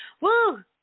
Woo